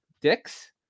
dicks